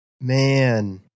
Man